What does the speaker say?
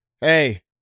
hey